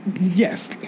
Yes